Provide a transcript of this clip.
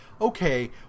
Okay